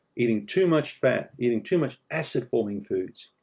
eating too much fat. eating too much acid-forming foods.